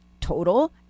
Total